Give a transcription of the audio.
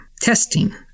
testing